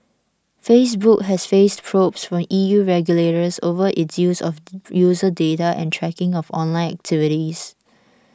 Facebook has faced probes from E U regulators over its use of user data and tracking of online activities